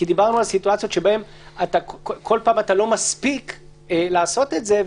דיברנו על סיטואציות שבהן כל פעם אתה לא מספיק לעשות את זה,